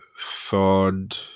third